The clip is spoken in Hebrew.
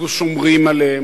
אנחנו שומרים עליהם.